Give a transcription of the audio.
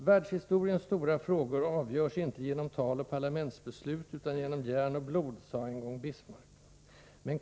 Världshistoriens stora frågor avgörs inte genom tal och parlamentsbeslut utan genom järn och blod, sade en gång Bismarck.